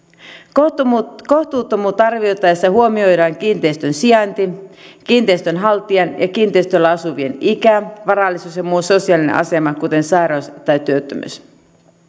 kohtuuttomuutta kohtuuttomuutta arvioitaessa huomioidaan kiinteistön sijainti kiinteistön haltijan ja kiinteistöllä asuvien ikä varallisuus ja muu sosiaalinen asema kuten sairaus tai työttömyys